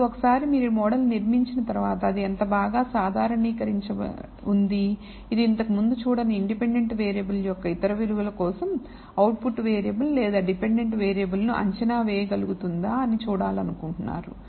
ఇప్పుడు ఒకసారి మీరు మోడల్ ను నిర్మించిన తర్వాత అది ఎంత బాగా సాధారణీకరించి ఉంది ఇది ఇంతకుముందు చూడని ఇండిపెండెంట్ వేరే బుల్ యొక్క ఇతర విలువల కోసం అవుట్ ఫుట్ వేరియబుల్ లేదా డిపెండెంట్ వేరియబుల్ ను అంచనా వేయకలుగుతుందా అని చూడాలనుకుంటున్నారు